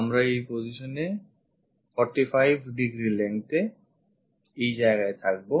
আমরা এই position 45 degree length এ ই থাকবো